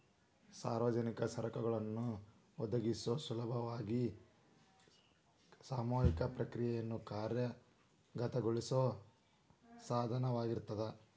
ಸಾರ್ವಜನಿಕ ಸರಕುಗಳನ್ನ ಒದಗಿಸೊ ಸಲುವಾಗಿ ಸಾಮೂಹಿಕ ಕ್ರಿಯೆಯನ್ನ ಕಾರ್ಯಗತಗೊಳಿಸೋ ಸಾಧನವಾಗಿರ್ತದ